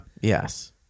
yes